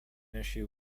issue